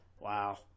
Wow